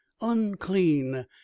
unclean